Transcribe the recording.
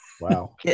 Wow